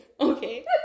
Okay